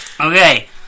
Okay